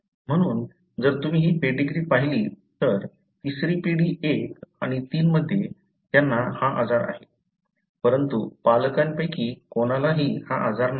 म्हणून जर तुम्ही ही पेडीग्री पाहिली तर तिसरी पिढी 1 आणि 3 मध्ये त्यांना हा आजार आहे परंतु पालकांपैकी कोणालाही हा आजार नाही